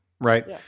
Right